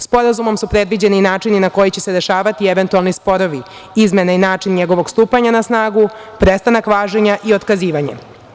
Sporazumom su predviđeni načini na koji će se rešavati eventualni sporovi, izmene i način njegovog stupanja na snagu, prestanak važenja i otkazivanja.